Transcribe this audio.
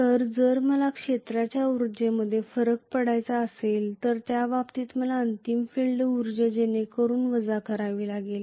तर जर मला क्षेत्राच्या उर्जेमध्ये फरक पडायचा असेल तर त्या बाबतीत मला अंतिम फील्ड उर्जा जेणेकरून वजा करावे लागेल